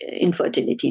infertility